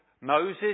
Moses